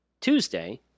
Tuesday